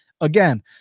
again